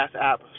app